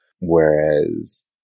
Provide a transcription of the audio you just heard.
whereas